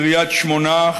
קריית שמונה,